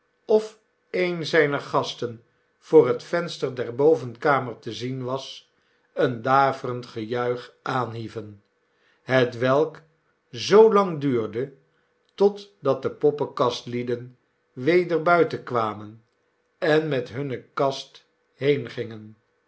of een zijner gasten voor het venster der bovenkamer te zien was een daverend gejuich aanhieven hetwelk zoolang duurde totdat de poppenkastlieden weder buiten kwamen en met hunne kast